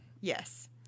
Yes